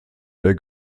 der